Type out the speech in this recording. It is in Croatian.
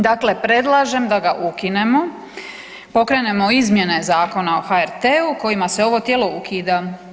Dakle, predlažem da ga ukinemo, pokrenemo izmjene Zakona o HRT-u kojima se ovo tijelo ukida.